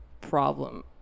problem